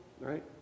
Right